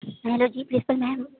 hello جی principal میم